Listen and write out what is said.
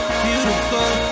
beautiful